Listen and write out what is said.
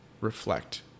reflect